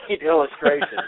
illustration